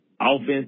Offense